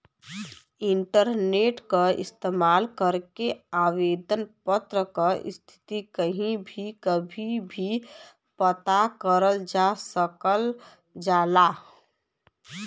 internet क इस्तेमाल करके आवेदन पत्र क स्थिति कहीं भी कभी भी पता करल जा सकल जाला